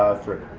ah three.